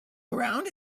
around